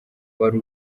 wari